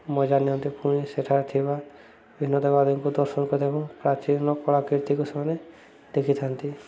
ମଜା ନିଅନ୍ତି ପୁଣି ସେଠାରେ ଥିବା ବିଭିନ୍ନ ଦେବାଦେବୀଙ୍କୁ ଦର୍ଶନ କରି ଏବଂ ପ୍ରାଚୀନ କଳାକୀର୍ତ୍ତିକୁ ସେମାନେ ଦେଖିଥାନ୍ତି